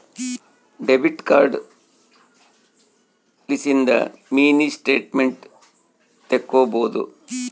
debit card ಲಿಸಿಂದ mini statement ತಕ್ಕೊಬೊದು